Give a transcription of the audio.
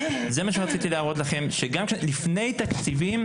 זה מה שרציתי להראות לכם: שלפני תקציבים